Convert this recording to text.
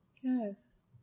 Yes